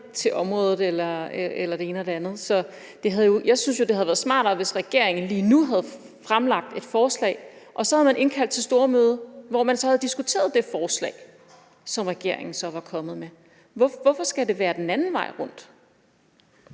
til området eller det ene og det andet. Jeg synes jo, det havde været smartere, hvis regeringen lige nu havde fremlagt et forslag, og så havde man indkaldt til stormøde, hvor man så havde diskuteret det forslag, som regeringen var kommet med. Hvorfor skal det være den anden vej rundt?